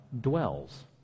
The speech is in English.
dwells